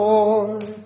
Lord